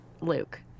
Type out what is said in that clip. luke